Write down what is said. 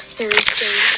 Thursday